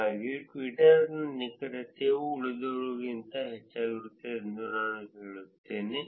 ಹಾಗಾಗಿ ಟ್ವಿಟರ್ನ ನಿಖರತೆ ಉಳಿದವುಗಳಿಗಿಂತ ಹೆಚ್ಚಾಗಿರುತ್ತದೆ ಎಂದು ನಾನು ಹೇಳಿದ್ದೇನೆ